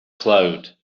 cloud